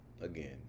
again